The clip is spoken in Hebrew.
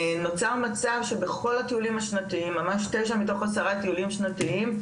נוצר מצב שבכל הטיולים השנתיים ממש תשע מתוך עשרה טיולים שנתיים,